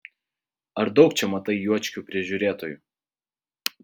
ar daug čia matai juočkių prižiūrėtojų